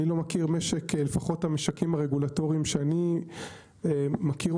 לפחות המשקים הרגולטורים שאני מכיר,